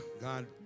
God